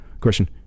question